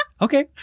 Okay